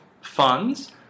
funds